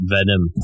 Venom